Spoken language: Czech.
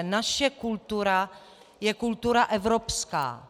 Naše kultura je kultura evropská.